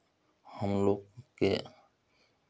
हमलोग के